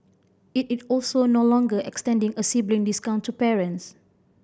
it is also no longer extending a sibling discount to parents